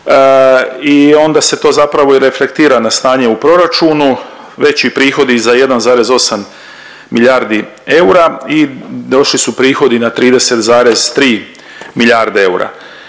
i onda se to zapravo i reflektira na stanje u proračunu veći prihodi za 1,8 milijardi eura i došli su prihodi na 30,3 milijarde eura.